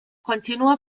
continúa